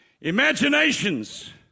imaginations